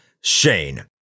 Shane